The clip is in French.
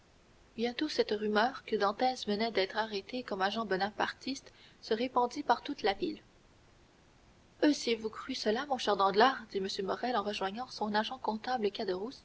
bientôt cette rumeur que dantès venait d'être arrêté comme agent bonapartiste se répandit par toute la ville eussiez-vous cru cela mon cher danglars dit m morrel en rejoignant son agent comptable